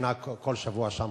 מפגינה כל שבוע שם.